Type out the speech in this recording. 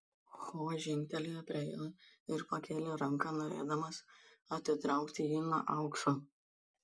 ho žengtelėjo prie jo ir pakėlė ranką norėdamas atitraukti jį nuo aukso